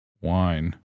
wine